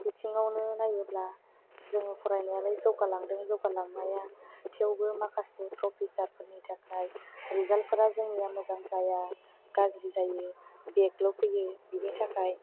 बिथिङावनो नायोब्ला जोङो फरायनायालाय जौगालांदों जौगालांनाया थेवबो माखासे प्रफेसारफोरनि थाखाय रिजाल्टफोरा जोंनिया मोजां जाया गाज्रि जायो बेकल' फैयो बिनि थाखाय